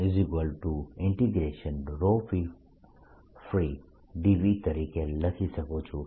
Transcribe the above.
dSfree dV તરીકે લખી શકું છું